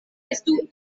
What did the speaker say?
estu